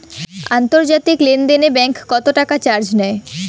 আন্তর্জাতিক লেনদেনে ব্যাংক কত টাকা চার্জ নেয়?